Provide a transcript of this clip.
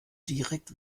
direkt